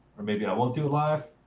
or maybe i won't do it live.